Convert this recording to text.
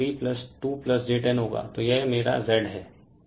तो यह 32j1032j10 होगा तो यह मेरा Z है रेफेर टाइम 3531